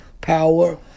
power